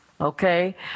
Okay